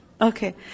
Okay